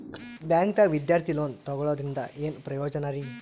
ಬ್ಯಾಂಕ್ದಾಗ ವಿದ್ಯಾರ್ಥಿ ಲೋನ್ ತೊಗೊಳದ್ರಿಂದ ಏನ್ ಪ್ರಯೋಜನ ರಿ?